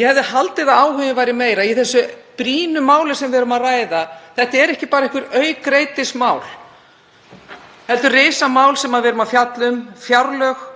Ég hefði haldið að áhuginn væri meiri í þessu brýna máli sem við ræðum hér. Þetta eru ekki bara einhver aukreitismál heldur risamál sem við erum að fjalla um, fjárlög,